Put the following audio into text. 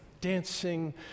dancing